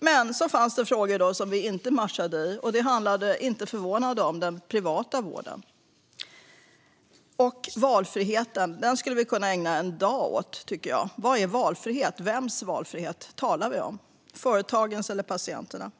Men så fanns det frågor där vi inte matchade. Det handlade, inte förvånande, om den privata vården. Och valfriheten skulle vi kunna ägna en dag åt, tycker jag. Vad är valfrihet? Vems valfrihet talar vi om, företagens eller patienternas?